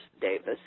Davis